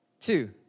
Two